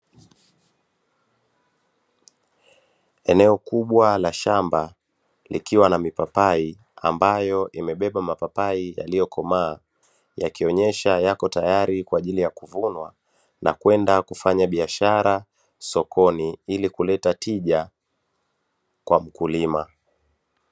Eneo kubwa la shamba likiwa na mipapai ambayo imebeba mapapai yaliyokomaa, yakionesha yapo tayari kwa ajili ya kuvunwa na kwenda kufanya biashara sokon ili kuleta tija kwa mkulima.